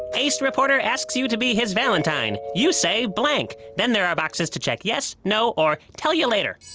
ace reporter asks you to be his valentine. you say blank. then there are boxes to check yes, no, or tell you later.